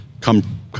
come